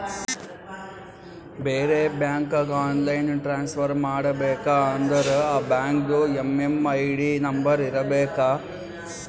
ಬೇರೆ ಬ್ಯಾಂಕ್ಗ online transfer ಮಾಡಬೇಕ ಅಂದುರ್ ಆ ಬ್ಯಾಂಕ್ದು ಎಮ್.ಎಮ್.ಐ.ಡಿ ನಂಬರ್ ಇರಬೇಕ